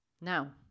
Now